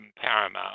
Paramount